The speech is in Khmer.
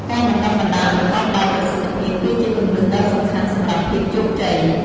ការបណ្តុះបណ្តាលប្រកបដោយប្រសិទ្ធភាព គឺជាគន្លឹះដ៏សំខាន់សម្រាប់ភាពជោគជ័យ ។